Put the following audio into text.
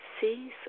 sees